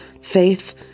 faith